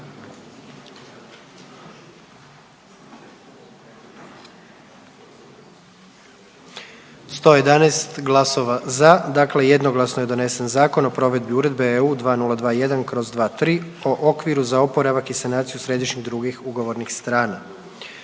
111 glasova za, dakle jednoglasno je donesen Zakon o provedbi Uredba(EU) 2021/23 o okviru za oporavak i sanaciju središnjih drugih ugovornih strana.